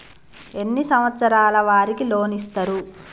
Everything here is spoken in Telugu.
ఎన్ని సంవత్సరాల వారికి లోన్ ఇస్తరు?